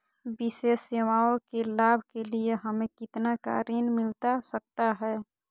विशेष सेवाओं के लाभ के लिए हमें कितना का ऋण मिलता सकता है?